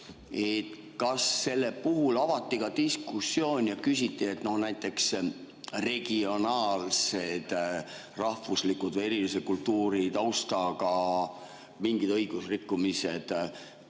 Kas selle puhul avati ka diskussioon ja küsiti, kas näiteks mingid regionaalsed, rahvuslikud või erilise kultuuritaustaga õigusrikkumised võivad